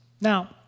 Now